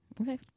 Okay